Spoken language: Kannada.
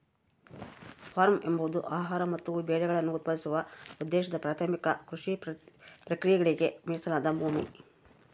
ಫಾರ್ಮ್ ಎಂಬುದು ಆಹಾರ ಮತ್ತು ಬೆಳೆಗಳನ್ನು ಉತ್ಪಾದಿಸುವ ಉದ್ದೇಶದ ಪ್ರಾಥಮಿಕ ಕೃಷಿ ಪ್ರಕ್ರಿಯೆಗಳಿಗೆ ಮೀಸಲಾದ ಭೂಮಿ